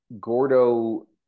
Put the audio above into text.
Gordo